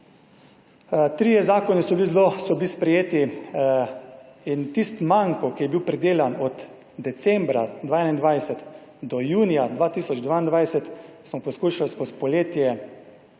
Trije zakoni so bili sprejeti in tisti manko, ki je bil pridelan od decembra 2021 do junija 2022 smo poskušali skozi poletje,